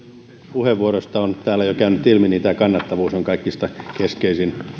puheenvuoroista on täällä jo käynyt ilmi tämä kannattavuus on kaikista keskeisin